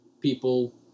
people